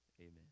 amen